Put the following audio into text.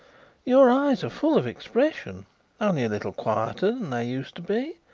your eyes are full of expression only a little quieter than they used to be.